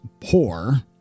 poor